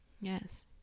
Yes